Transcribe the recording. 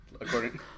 according